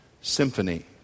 symphony